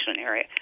area